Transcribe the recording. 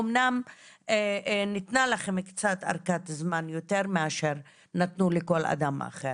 אמנם ניתנה לכם קצת ארכת זמן יותר מאשר נתנו לכל אדם אחר.